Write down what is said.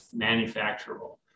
manufacturable